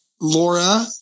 Laura